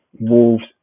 Wolves